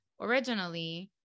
originally